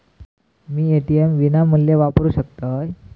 मी ATM विनामूल्य वापरू शकतय?